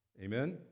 Amen